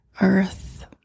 earth